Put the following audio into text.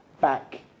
back